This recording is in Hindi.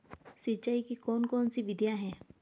सिंचाई की कौन कौन सी विधियां हैं?